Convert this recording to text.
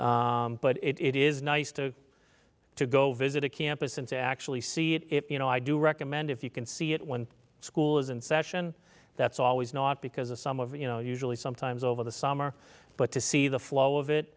but it is nice to to go visit a campus and to actually see it if you know i do recommend if you can see it when school is in session that's always not because of some of the you know usually sometimes over the summer but to see the flow of it